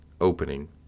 opening